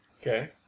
Okay